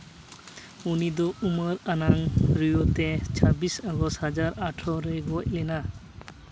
ᱩᱱ ᱫᱚ ᱩᱢᱮᱨ ᱟᱱᱟᱜ ᱨᱩᱣᱟᱹᱛᱮ ᱪᱷᱟᱵᱵᱤᱥ ᱟᱜᱚᱥᱴ ᱫᱩ ᱦᱟᱡᱟᱨ ᱟᱴᱷᱨᱚ ᱨᱮᱭ ᱜᱚᱡ ᱞᱮᱱᱟ